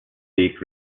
seek